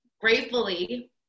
gratefully